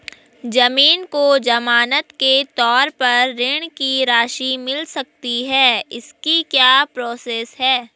ज़मीन को ज़मानत के तौर पर ऋण की राशि मिल सकती है इसकी क्या प्रोसेस है?